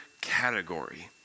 category